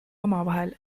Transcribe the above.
omavahel